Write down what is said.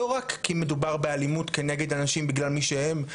לא רק כי מדובר באלימות כנגד אנשים בגלל מי שהם,